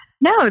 No